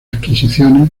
adquisiciones